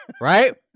right